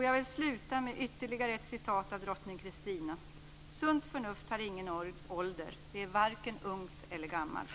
Jag vill sluta med ytterligare ett citat av drottning Kristina: "Sunt förnuft har ingen ålder. Det är varken ungt eller gammalt."